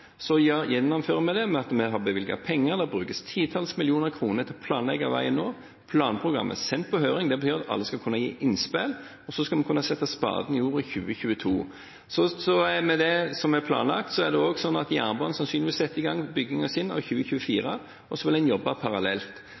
så gjennomfører vi det med at vi har bevilget penger, og det brukes titalls millioner kroner til å planlegge veien nå. Planprogrammet er sendt på høring. Det betyr at alle skal kunne gi innspill. Så skal vi kunne sette spaden i jorda i 2022. Med det som er planlagt, er det sannsynlig at jernbanen setter i gang byggingen sin i 2024, og så vil en jobbe parallelt.